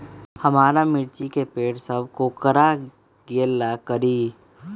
हमारा मिर्ची के पेड़ सब कोकरा गेल का करी?